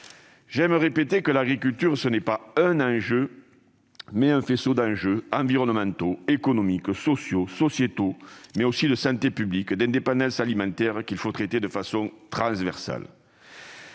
J'aime répéter que l'agriculture, ce n'est pas un enjeu, mais un faisceau d'enjeux- environnementaux, économiques, sociaux, sociétaux, mais aussi de santé publique, d'indépendance alimentaire ...-, qu'il faut traiter de façon transversale.